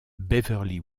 beverly